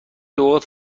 اوقات